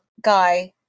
guy